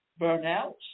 burnouts